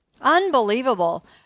Unbelievable